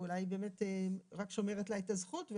אולי היא באמת רק שומרת לה את הזכות.